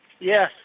Yes